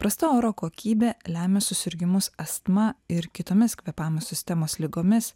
prasta oro kokybė lemia susirgimus astma ir kitomis kvėpavimo sistemos ligomis